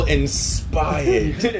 inspired